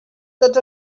tots